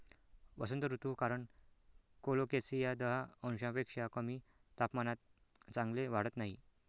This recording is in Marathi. वसंत ऋतू कारण कोलोकेसिया दहा अंशांपेक्षा कमी तापमानात चांगले वाढत नाही